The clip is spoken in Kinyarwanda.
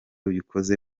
bikoze